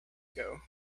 ago